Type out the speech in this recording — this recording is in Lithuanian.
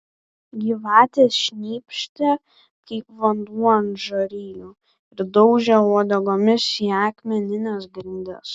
gyvatės šnypštė kaip vanduo ant žarijų ir daužė uodegomis į akmenines grindis